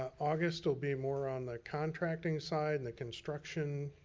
august will be more on the contracting side and the construction.